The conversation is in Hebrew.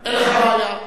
אין לי בעיה.